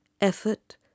effort